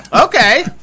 Okay